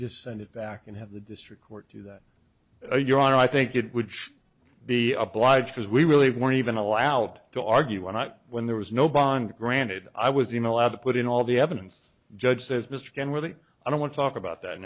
just send it back and have the district court do that your honor i think it would be obliged as we really weren't even allowed to argue when not when there was no bond granted i was even allowed to put in all the evidence judge says mr kenworthy i don't want to talk about that